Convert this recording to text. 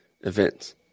events